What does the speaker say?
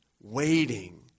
waiting